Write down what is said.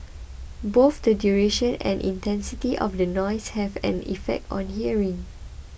both the duration and intensity of the noise have an effect on hearing